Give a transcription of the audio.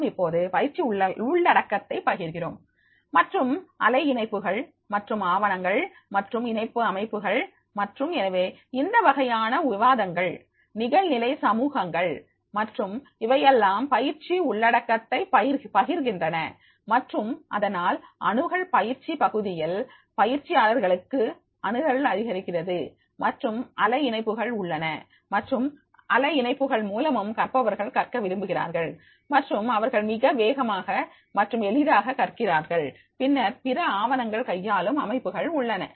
நாம் இப்பொழுது பயிற்சி உள்ளடக்கத்தை பகிர்கிறோம் மற்றும் அலை இணைப்புகள் மற்றும் ஆவணங்கள் மற்றும் இணைப்பு அமைப்புகள் மற்றும் எனவே இந்த வகையான விவாதங்கள் நிகழ்நிலை சமூகங்கள் மற்றும் இவையெல்லாம் பயிற்சி உள்ளடக்கத்தை பகிர்கின்றன மற்றும் அதனால் அணுகல் பயிற்சி பகுதியில் பயிற்சியாளர்களுக்கு அணுகல் அதிகரிக்கிறது மற்றும் அலை இணைப்புகள் உள்ளன மற்றும் அலை இணைப்புகள் மூலமும் கற்பவர்கள் கற்க விரும்புகிறார்கள் மற்றும் அவர்கள் மிக வேகமாக மற்றும் எளிதாக கற்கிறார்கள் பின்னர் பிற ஆவணங்கள் கையாளும் அமைப்புகள் உள்ளன